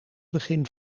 begin